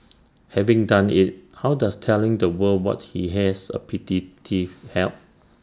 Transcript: having done IT how does telling the world what he has A petty thief help